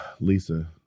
Lisa